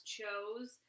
chose